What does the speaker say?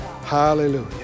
Hallelujah